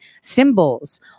symbols